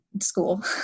school